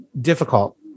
difficult